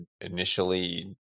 initially